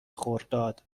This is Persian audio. خرداد